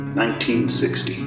1960